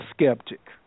skeptic